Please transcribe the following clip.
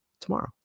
tomorrow